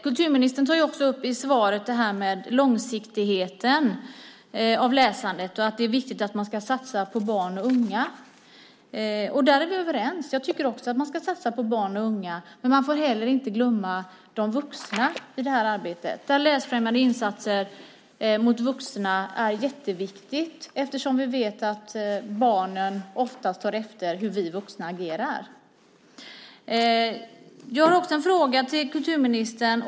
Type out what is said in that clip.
Kulturministern tar i sitt svar upp långsiktigheten med läsandet och att det är viktigt att man satsar på barn och unga. Där är vi överens. Jag tycker också att man ska satsa på barn och unga. Men man får heller inte glömma de vuxna i det här arbetet. Läsfrämjande insatser som riktar sig till vuxna är jätteviktiga eftersom vi vet att barnen oftast tar efter hur vi vuxna agerar. Jag har också en fråga till kulturministern.